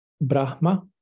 Brahma